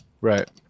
Right